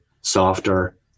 Softer